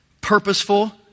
purposeful